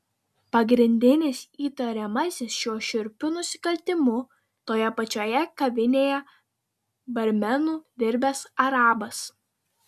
pagrindinis įtariamasis šiuo šiurpiu nusikaltimu toje pačioje kavinėje barmenu dirbęs arabas